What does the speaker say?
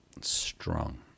strong